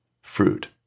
fruit